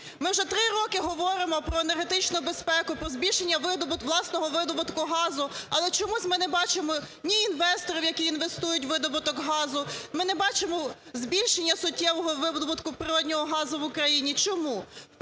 Ми вже три роки говоримо про енергетичну безпеку, про збільшення власного видобутку газу. Але чомусь ми не бачимо ні інвесторів, які інвестують видобуток газу, ми не бачимо збільшення суттєвого видобутку природнього газу в Україні. Чому?